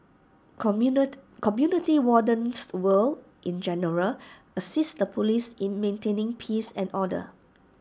community wardens will in general assist the Police in maintaining peace and order